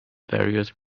various